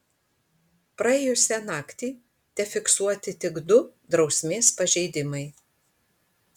praėjusią naktį tefiksuoti tik du drausmės pažeidimai